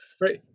Right